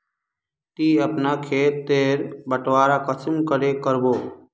ती अपना खेत तेर बटवारा कुंसम करे करबो?